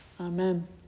Amen